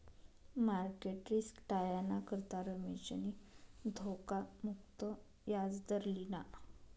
market risk टायाना करता रमेशनी धोखा मुक्त याजदर लिना